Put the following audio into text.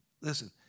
Listen